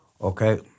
okay